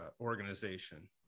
organization